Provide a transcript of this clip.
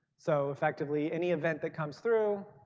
so effectively any event that comes through,